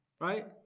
right